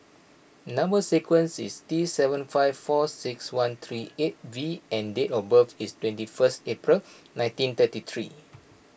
Number Sequence is T seven five four six one three eight V and date of birth is twenty first April nineteen thirty three